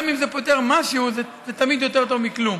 גם אם זה פותר משהו, זה תמיד יותר טוב מכלום.